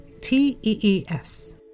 T-E-E-S